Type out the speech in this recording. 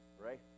right